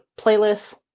playlists